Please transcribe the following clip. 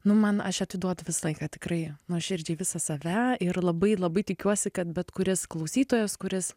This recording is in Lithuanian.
nu man aš atiduodu visą laiką tikrai nuoširdžiai visą save ir labai labai tikiuosi kad bet kuris klausytojas kuris